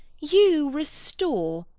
you restore,